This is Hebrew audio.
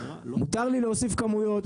מותר לי להוסיף כמויות,